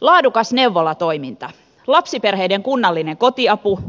laadukas neuvolatoiminta lapsiperheiden kunnallinen kotiapu